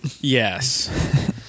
Yes